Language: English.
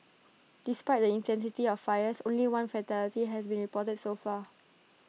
despite the intensity of the fires only one fatality they has been reported so far